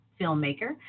filmmaker